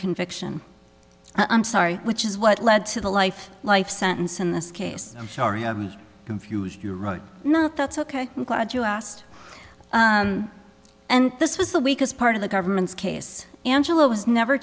conviction i'm sorry which is what led to the life life sentence in this case confused not that's ok i'm glad you asked and this was the weakest part of the government's case angelo was never